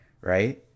Right